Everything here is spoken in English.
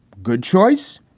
good choice.